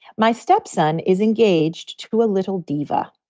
my stepson is engaged to a little diva.